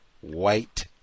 White